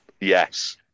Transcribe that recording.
Yes